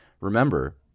remember